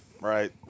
right